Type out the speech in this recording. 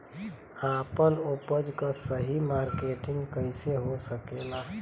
आपन उपज क सही मार्केटिंग कइसे हो सकेला?